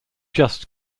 just